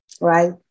right